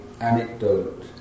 anecdote